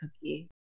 cookie